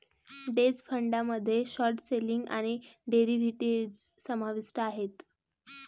hedge फंडामध्ये short selling आणि derivatives समाविष्ट आहेत